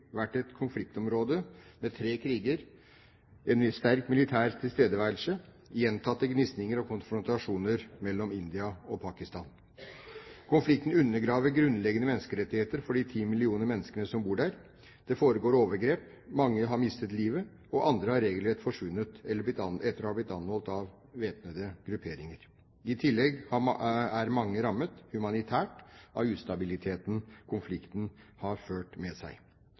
vært et konfliktområde, med tre kriger, en sterk militær tilstedeværelse og gjentatte gnisninger og konfrontasjoner mellom India og Pakistan. Konflikten undergraver grunnleggende menneskerettigheter for de 10 millioner menneskene som bor der. Det foregår overgrep, mange har mistet livet, og andre har regelrett forsvunnet etter å ha blitt anholdt av væpnede grupperinger. I tillegg er mange rammet humanitært av ustabiliteten konflikten har ført med seg.